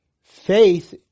faith